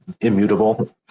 Immutable